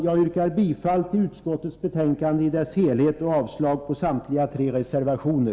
Jag yrkar bifall till utskottets hemställan i dess helhet och avslag på samtliga tre reservationer.